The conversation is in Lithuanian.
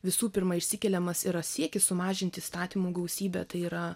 visų pirma išsikeliamas yra siekis sumažinti įstatymų gausybę tai yra